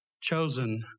chosen